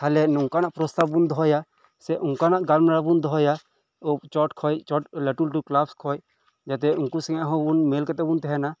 ᱛᱟᱦᱚᱞᱮ ᱱᱚᱝᱠᱟᱱᱟᱜ ᱯᱨᱚᱥᱛᱟᱵᱽ ᱵᱚᱱ ᱫᱚᱦᱚᱭᱟ ᱥᱮ ᱚᱝᱠᱟᱱᱟᱜ ᱜᱟᱞᱢᱟᱨᱟᱣ ᱵᱚᱱ ᱫᱚᱦᱚᱭᱟ ᱪᱚᱴ ᱠᱷᱚᱱ ᱪᱚᱴ ᱞᱟᱴᱩ ᱞᱟᱴᱩ ᱠᱮᱞᱟᱯ ᱠᱷᱚᱱ ᱡᱟᱛᱮ ᱩᱝᱠᱩ ᱥᱮᱱᱟᱜ ᱦᱚᱸᱵᱚᱱ ᱢᱮᱹᱞ ᱠᱟᱛᱮᱫ ᱵᱚᱱ ᱛᱟᱦᱮᱱᱼᱟ